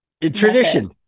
Tradition